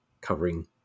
covering